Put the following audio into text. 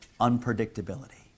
unpredictability